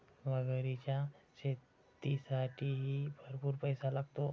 मगरीच्या शेतीसाठीही भरपूर पैसा लागतो